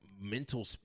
mental